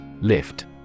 Lift